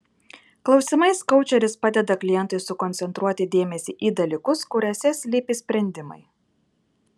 klausimais koučeris padeda klientui sukoncentruoti dėmesį į dalykus kuriuose slypi sprendimai